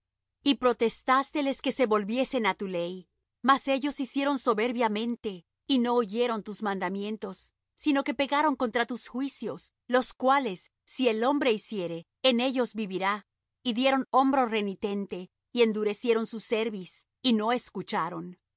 y protestásteles que se volviesen á tu ley mas ellos hicieron soberbiamente y no oyeron tus mandamientos sino que pecaron contra tus juicios los cuales si el hombre hiciere en ellos vivirá y dieron hombro renitente y endurecieron su cerviz y no escucharon y